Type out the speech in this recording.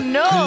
no